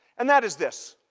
and that is this.